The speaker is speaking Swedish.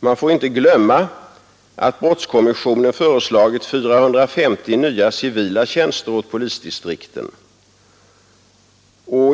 Man får inte glömma att brottskommissionen föreslagit 450 nya civila tjänster åt polisdistrikten.